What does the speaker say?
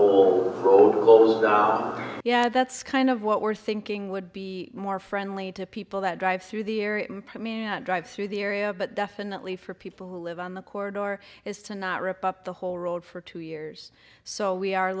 our yeah that's kind of what we're thinking would be more friendly to people that drive through the area and drive through the area but definitely for people who live on the corner is to not rip up the whole road for two years so we are